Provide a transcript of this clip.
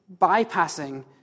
bypassing